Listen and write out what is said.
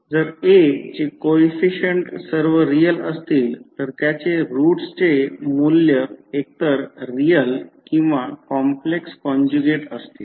तर जर A चे कोइफिसिएंट सर्व रियल असतील तर त्याचे रूट्सचे मूल्य एकतर रियल किंवा कॉम्प्लेक्स कॉन्जुगेट असतील